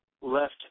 left